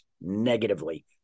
negatively